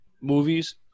movies